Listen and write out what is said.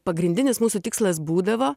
pagrindinis mūsų tikslas būdavo